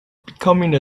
becoming